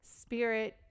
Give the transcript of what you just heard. spirit